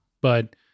but-